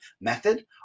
method